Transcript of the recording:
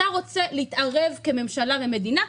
אתה רוצה להתערב כממשלה ומדינה?